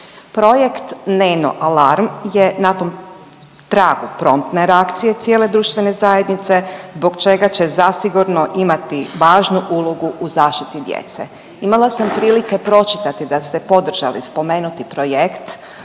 Projekt NENO Alarm je na tom tragu promptne reakcije cijele društvene zajednice zbog čega će zasigurno imati važnu ulogu u zaštiti djece. Imala sam prilike pročitati da ste podržali spomenuti projekt,